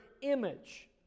image